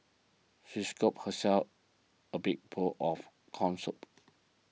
she scooped herself a big bowl of Corn Soup